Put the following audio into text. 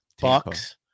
Bucks